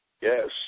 Yes